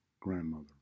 grandmother